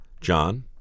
John